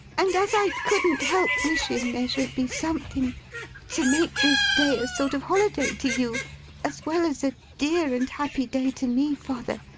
and as i couldn't help wishing there should be something to make this day a sort of holiday to you as well as a dear and happy day to me, father,